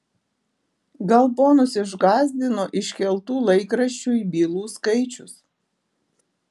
gal ponus išgąsdino iškeltų laikraščiui bylų skaičius